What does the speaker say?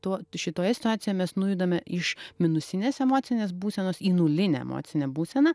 tuo šitoje situacijo mes nujudame iš minusinės emocinės būsenos į nulinę emocinę būseną